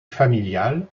familial